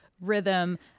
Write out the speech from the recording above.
rhythm